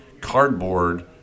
cardboard